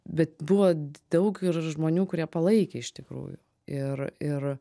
bet buvo daug ir žmonių kurie palaikė iš tikrųjų ir ir